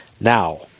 now